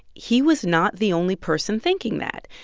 he was not the only person thinking that.